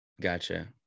Gotcha